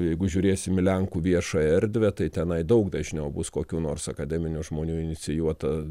jeigu žiūrėsim į lenkų viešą erdvę tai tenai daug dažniau bus kokių nors akademinių žmonių inicijuota